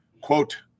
Quote